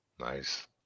nice